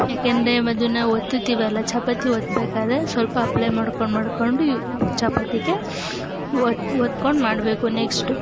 ಯಾಕೆಂದರೆ ಅದನ್ನು ನಾವು ಒತ್ತುತ್ತೀವಲ್ಲ ಚಪಾತಿ ಒತ್ಬೇಕಾದ್ರೆ ಸ್ವಲ್ಪ ಅಪ್ಲೈ ಮಾಡ್ಕೊಂಡು ಮಾಡ್ಕೊಂಡು ಇವು ಚಪಾತಿಗೆ ಒತ್ತು ಒತ್ಕೊಂಡು ಮಾಡಬೇಕು ನೆಕ್ಸ್ಟು